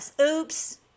oops